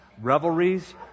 revelries